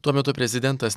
tuo metu prezidentas